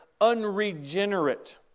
unregenerate